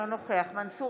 אינו נוכח מנסור